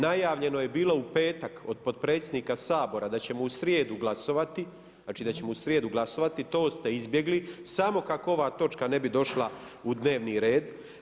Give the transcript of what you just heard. Najavljeno je bilo u petak, od potpredsjednika Sabora da ćemo u srijedu glasovati, znači da ćemo u srijedu glasovati, to ste izbjegli, samo kako ova točka ne bi došla u dnevni red.